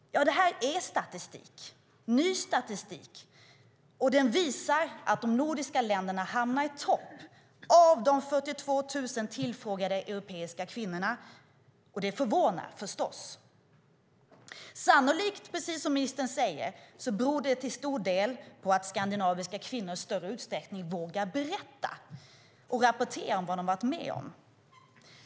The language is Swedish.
Ja, det här är statistik, ny statistik, och den visar att de nordiska länderna hamnar i topp när det gäller de 42 000 tillfrågade europeiska kvinnorna. Det förvånar förstås. Sannolikt, precis som ministern säger, beror det till stor del på att skandinaviska kvinnor i större utsträckning vågar berätta och rapportera om vad de varit med om.